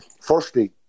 firstly